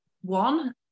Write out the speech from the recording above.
One